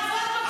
תאמרי "להסית".